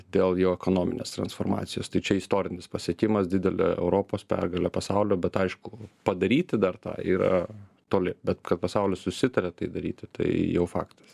dėl jo ekonominės transformacijos tai čia istorinis pasiekimas didelė europos pergalė pasaulio bet aišku padaryti dar tą yra toli bet kad pasaulis susitarė tai daryti tai jau faktas